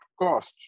cost